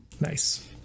Nice